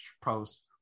post